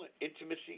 intimacy